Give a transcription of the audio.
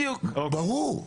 ברור.